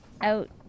out